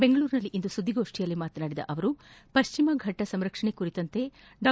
ಬೆಂಗಳೂರಿನಲ್ಲಿಂದು ಸುದ್ದಿಗೋಷ್ಠಿಯಲ್ಲಿ ಮಾತನಾಡಿದ ಅವರು ಪಶ್ಚಿಮಘಟ್ಟ ಸಂರಕ್ಷಣೆ ಕುರಿತಂತೆ ಡಾ